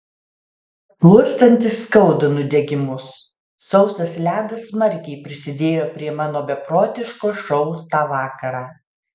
šluostantis skauda nudegimus sausas ledas smarkiai prisidėjo prie mano beprotiško šou tą vakarą